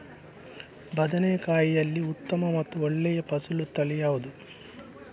ಬದನೆಕಾಯಿಯಲ್ಲಿ ಉತ್ತಮ ಮತ್ತು ಒಳ್ಳೆಯ ಫಸಲು ತಳಿ ಯಾವ್ದು?